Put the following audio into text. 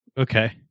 Okay